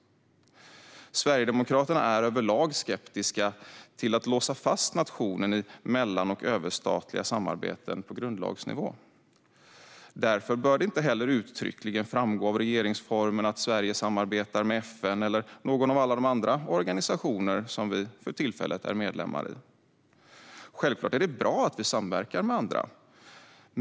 Sverigedemokraterna är överlag skeptiska till att på grundlagsnivå låsa fast nationen i mellan och överstatliga samarbeten. Därför bör det heller inte uttryckligen framgå av regeringsformen att Sverige samarbetar med FN eller någon av alla de andra organisationer som vi för tillfället är medlemmar i. Självklart är det bra att vi samverkar med andra.